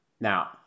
now